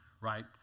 Right